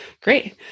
Great